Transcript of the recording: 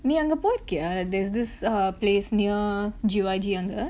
நீ அங்க போயிர்க்கியா:nee anga poyirkkiyaa there's this place near G_Y_G அங்க:anga